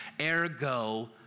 ergo